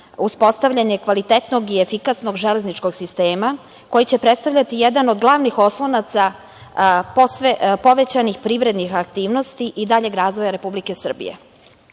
uspostavljanje kvalitetnog i efikasnog železničkog sistema, koji će predstavljati jedan od glavnih oslonaca povećanih privrednih aktivnosti i daljeg razvoja Republike Srbije. Još